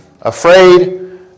Afraid